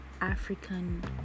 African